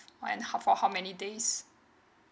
what and how for how many days